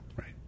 Right